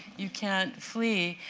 you can't flee.